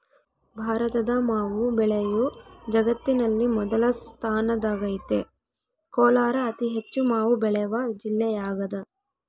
ಭಾರತದ ಮಾವು ಬೆಳೆಯು ಜಗತ್ತಿನಲ್ಲಿ ಮೊದಲ ಸ್ಥಾನದಾಗೈತೆ ಕೋಲಾರ ಅತಿಹೆಚ್ಚು ಮಾವು ಬೆಳೆವ ಜಿಲ್ಲೆಯಾಗದ